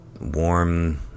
warm